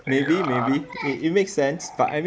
maybe maybe it make sense but I mean also